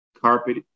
carpet